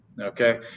okay